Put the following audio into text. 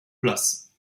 place